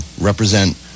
represent